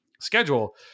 schedule